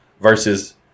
versus